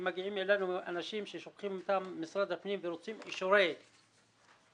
אלינו מגיעים אנשים ששולח משרד הפנים ורוצים אישורי תושבות,